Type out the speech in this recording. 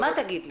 מה תגיד לי?